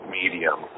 medium